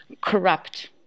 corrupt